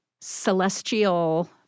celestial